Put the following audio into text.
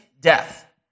death